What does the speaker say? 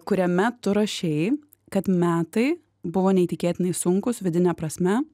kuriame tu rašei kad metai buvo neįtikėtinai sunkūs vidine prasme